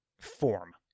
form